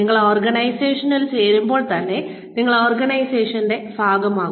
നിങ്ങൾ ഓർഗനൈസേഷനിൽ ചേരുമ്പോൾ തന്നെ നിങ്ങൾ ഓർഗനൈസേഷന്റെ ഭാഗമാകും